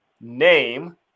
name